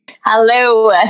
hello